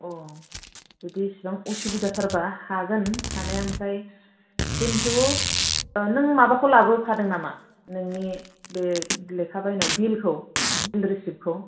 अ' जुदि एसेबां असुबिदा थारब्ला हागोन हानाया ओमफ्राय खिन्थु नों माबाखौ लाबोफादों नामा नोंनि बे लेखा बायनायाव बिलखौ बिल रिसिपखौ